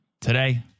today